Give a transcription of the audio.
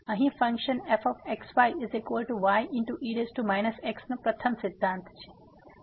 તે અહીં function fxyye x નો પ્રથમ સિદ્ધાંત છે